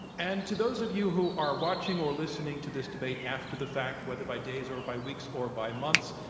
and to those of you who are watching or listening to this debate after the fact, whether by days or by weeks or by months,